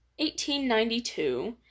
1892